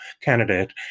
candidate